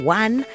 one